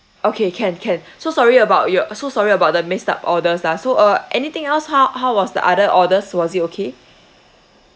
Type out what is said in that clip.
okay can can so sorry about your so sorry about the messed up orders lah so uh anything else how~ how was the other orders was it okay